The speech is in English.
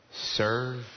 serve